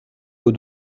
aux